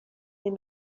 این